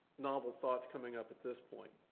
novel thoughts coming up at this point.